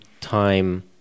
time